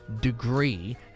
degree